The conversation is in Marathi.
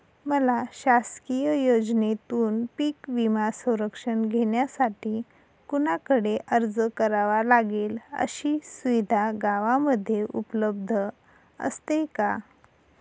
मला शासकीय योजनेतून पीक विमा संरक्षण घेण्यासाठी कुणाकडे अर्ज करावा लागेल? अशी सुविधा गावामध्ये उपलब्ध असते का?